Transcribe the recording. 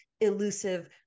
elusive